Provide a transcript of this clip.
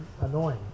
annoying